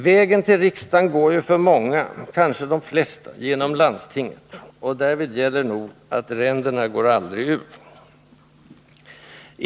Vägen till riksdagen går ju för många, kanske de flesta, genom landstinget, och därvid gäller nog att ränderna aldrig går ur.